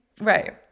right